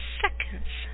seconds